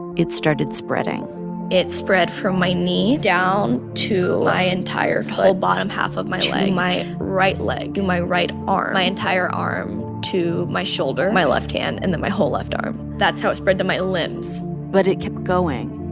it it started spreading it spread from my knee down to my entire whole bottom half of my leg, to my right leg, to my right arm my entire arm, to my shoulder, my left hand and then my whole left arm. that's how it spread to my limbs but it kept going.